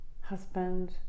husband